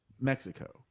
Mexico